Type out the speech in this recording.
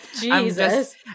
Jesus